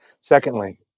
Secondly